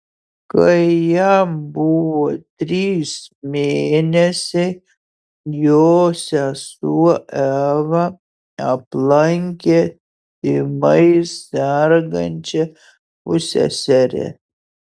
kai jam buvo trys mėnesiai jo sesuo eva aplankė tymais sergančią pusseserę